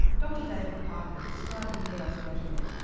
dr david parker describing knee osteotomy.